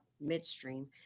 Midstream